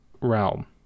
realm